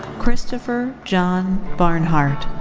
kristopher john barnhart.